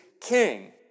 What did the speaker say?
king